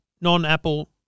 non-Apple